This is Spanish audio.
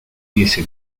hubiese